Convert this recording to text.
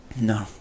No